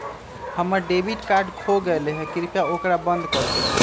हम्मर debit card खो गयले है, कृपया ओकरा बंद कर दे